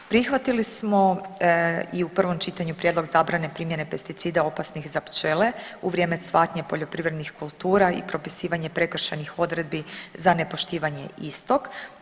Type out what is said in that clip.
Prihvatili smo i u prvom čitanju prijedlog zabrane primjene pesticida opasnih za pčele u vrijeme cvatnje poljoprivrednih kultura i propisivanje prekršajnih odredbi za nepoštivanje istog.